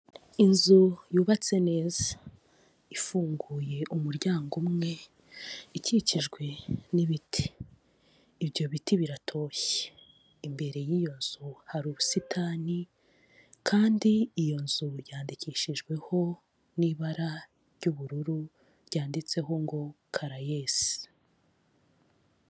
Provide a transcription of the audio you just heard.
Inzu yubatse neza. Ifunguye umuryango umwe, ikikijwe n'ibiti. Ibyo biti biratoshye. Imbere y'iyo nzu hari ubusitani, kandi iyo nzu yandikishijweho n'ibara ry'ubururu, ryanditseho ngo Caraes.